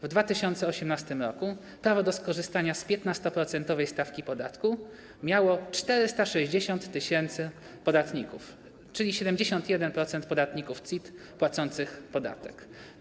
W 2018 r. prawo do skorzystania z 15-procentowej stawki podatku miało 460 tys. podatników, czyli 71% podatników CIT płacących podatek.